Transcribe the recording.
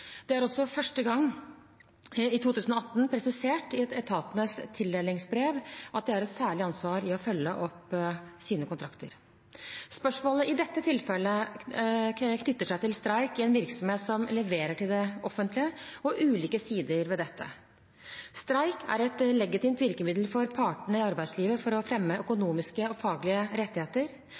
Det er også i 2018 for første gang presisert i etatenes tildelingsbrev at de har et særlig ansvar for å følge opp sine kontrakter. Spørsmålet i dette tilfellet knytter seg til streik i en virksomhet som leverer til det offentlige, og ulike sider ved dette. Streik er et legitimt virkemiddel for partene i arbeidslivet for å fremme økonomiske og faglige rettigheter.